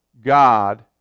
God